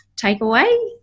takeaway